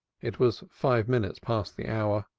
it was five minutes past the hour.